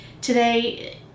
today